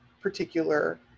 particular